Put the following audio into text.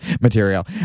material